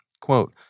Quote